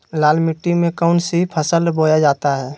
लाल मिट्टी में कौन सी फसल बोया जाता हैं?